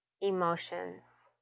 emotions